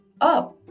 up